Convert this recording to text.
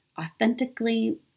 authentically